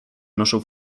noszę